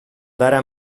darà